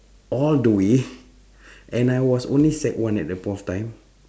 all the way and I was only sec one at that point of time